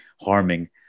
harming